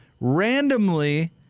randomly